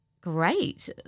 Great